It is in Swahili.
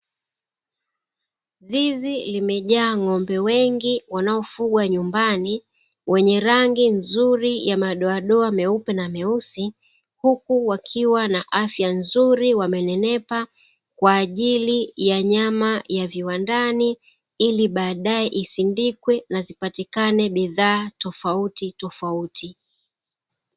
Zizi limejaa ng’ombe wengi wanaofugwa nyumbani, wenye rangi nzuri ya madoadoa meupe na meusi, huku wakiwa na afya nzuri, wamenenepa kwa ajili ya nyama ya viwandani ili baadae isindikwe na zipatikane bidhaa tofautitofauti.